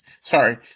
sorry